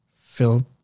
film